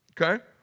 okay